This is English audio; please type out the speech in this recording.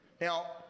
Now